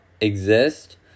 exist